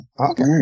Okay